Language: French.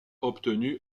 obtenu